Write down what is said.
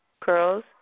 curls